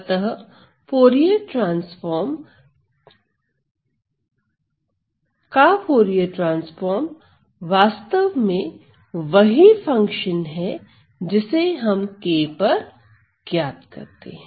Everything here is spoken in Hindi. अतः फूरिये ट्रांसफॉर्म का फूरिये ट्रांसफॉर्म वास्तव में वही फंक्शन है जिसे हम k पर ज्ञात करते हैं